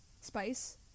Spice